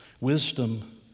wisdom